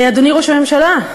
אדוני ראש הממשלה,